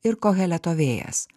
ir koheleto vėjas